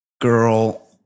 girl